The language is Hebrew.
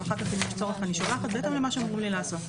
ואחר כך אם יש צורך אני שולחת בהתאם למה שאומרים לי לעשות.